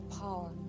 power